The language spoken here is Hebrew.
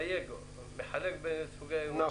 זה